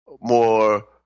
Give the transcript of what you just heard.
more